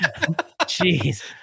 jeez